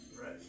Right